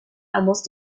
almost